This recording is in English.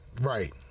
Right